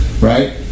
right